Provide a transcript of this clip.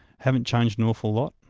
haven't changed an awful lot.